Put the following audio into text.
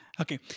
Okay